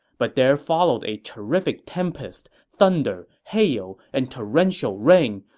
but there followed a terrific tempest, thunder, hail, and torrential rain,